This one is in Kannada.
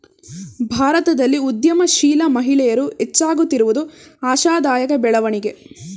ಭಾರತದಲ್ಲಿ ಉದ್ಯಮಶೀಲ ಮಹಿಳೆಯರು ಹೆಚ್ಚಾಗುತ್ತಿರುವುದು ಆಶಾದಾಯಕ ಬೆಳವಣಿಗೆ